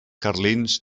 carlins